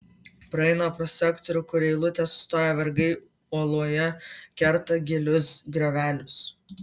praeina pro sektorių kur eilute sustoję vergai uoloje kerta gilius griovelius